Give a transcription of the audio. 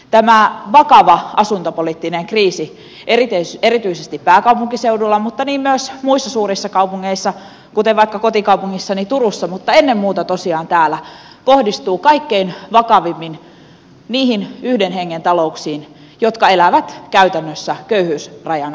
tämä vakava asuntopoliittinen kriisi erityisesti pääkaupunkiseudulla mutta myös muissa suurissa kaupungeissa kuten vaikka kotikaupungissani turussa mutta ennen muuta tosiaan täällä kohdistuu kaikkein vakavimmin niihin yhden hengen talouksiin jotka elävät käytännössä köyhyysrajan alapuolella